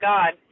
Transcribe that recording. God